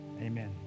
Amen